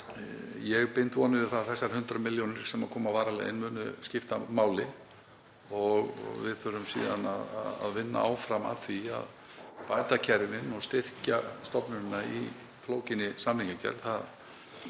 Ég bind vonir við að þessar 100 millj. kr. sem koma varanlega inn muni skipta máli. Við þurfum síðan að vinna áfram að því að bæta kerfin og styrkja stofnunina í flókinni samningagerð.